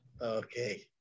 okay